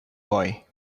boy